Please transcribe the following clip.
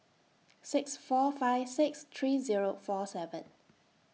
six four five six three Zero four seven